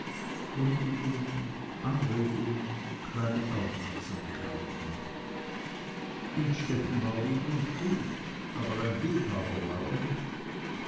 huldigungen anregungen kleine aufmerksamkeiten innstetten war lieb und gut aber ein liebhaber war er nicht